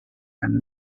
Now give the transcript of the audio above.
and